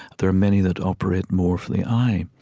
there are many that operate more for the eye